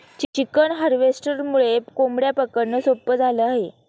chicken हार्वेस्टरमुळे कोंबड्या पकडणं सोपं झालं आहे